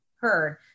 heard